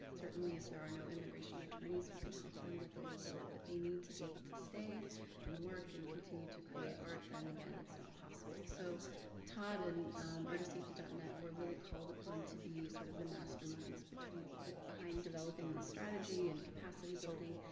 certainly, if there are no immigration attorneys who can help them with the legal work that they need to be able to stay and work and continue to create art, then again it's not possible. so todd and artistsafety dot net were really called upon to be sort of the masterminds but behind developing the strategy and capacity building.